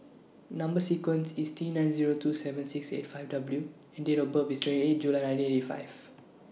Number sequence IS T nine Zero two seven six eight five W and Date of birth IS twenty eight July nineteen eighty five